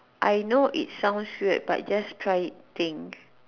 I know it sounds weird but just try it thing